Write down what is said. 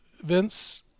Vince